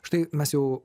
štai mes jau